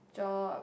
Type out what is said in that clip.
job